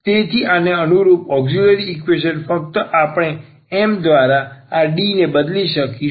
તેથી આને અનુરૂપ ઔક્ષીલરી ઈક્વેશન ફક્ત આપણે m દ્વારા આ D ને બદલી શકીશું